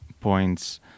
points